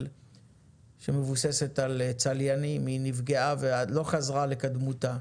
שמבוססת על צליינים נפגעה ולא חזרה לקדמותה